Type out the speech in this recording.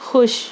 خوش